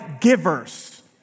givers